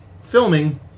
filming